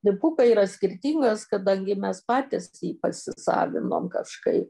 dipukai yra skirtingos kadangi mes patys jį pasisavinom kažkaip